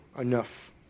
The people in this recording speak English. enough